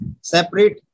separate